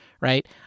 right